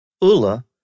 ULA